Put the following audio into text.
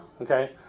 Okay